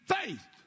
faith